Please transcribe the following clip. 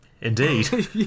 Indeed